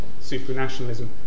supranationalism